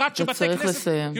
אתה צריך לסיים.